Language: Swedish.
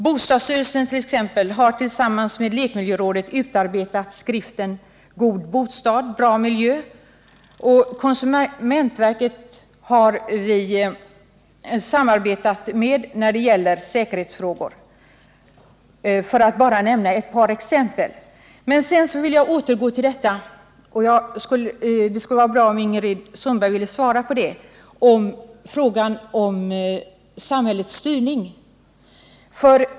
Bostadsstyrelsen t.ex. har tillsammans med lekmiljörådet utarbetat skriften God bostad bra miljö. Med konsumentverket har vi samarbetat när det gäller säkerhetsfrågor — detta för att bara ge ett par exempel. Sedan skulle jag på nytt vilja ta upp frågan om samhällets styrning, och det vore bra om Ingrid Sundberg ville ge mig ett svar.